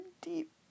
deep